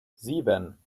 sieben